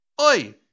Oi